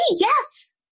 yes